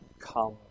come